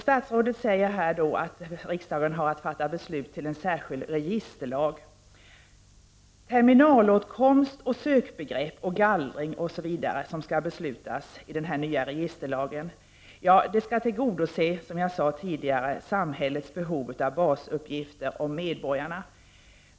Statsrådet säger att riksdagen har att fatta beslut om en särskild registerlag och i och med detta ta ställning till begrepp som terminalåtkomst, sökbegrepp och gallring. I och med detta skall, som jag tidigare påpekade, samhällets behov av basuppgifter om medborgarna tillgodoses.